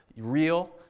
real